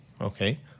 Okay